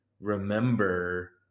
remember